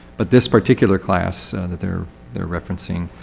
but this particular class that they're they're referencing,